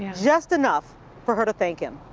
just enough for her to thank him.